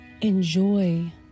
enjoy